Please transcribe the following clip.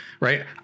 right